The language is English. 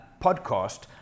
podcast